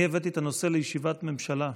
אני הבאתי את הנושא לישיבת ממשלה.